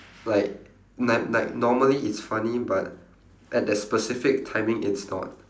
like like like normally it's funny but at that specific timing it's not